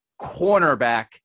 cornerback